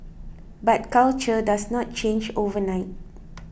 but culture does not change overnight